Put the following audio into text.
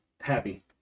happy